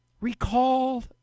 recall